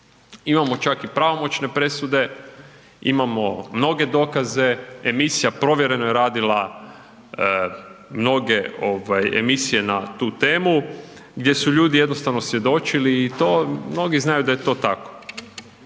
imamo čak i pravomoćne presude, imamo mnoge dokaze, emisija Provjereno je radila mnoge emisije na tu temu gdje su ljudi jednostavno svjedočili i to i mnogi znaju da je to tako.